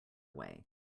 away